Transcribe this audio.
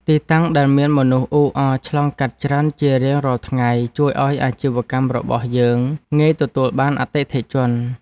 ទីតាំងដែលមានមនុស្សអ៊ូអរឆ្លងកាត់ច្រើនជារៀងរាល់ថ្ងៃជួយឱ្យអាជីវកម្មរបស់យើងងាយទទួលបានអតិថិជន។